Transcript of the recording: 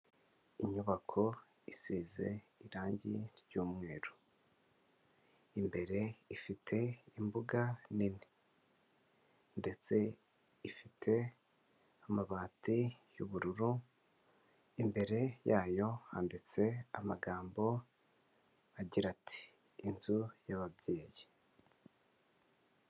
Inyubako isize irangi ry'umweru, imbere ifite imbuga nini, ndetse ifite amabati y'ubururu, imbere yayo handitse amagambo agira ati inzu y'ababyeyi.